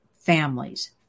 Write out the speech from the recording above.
families